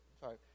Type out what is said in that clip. Sorry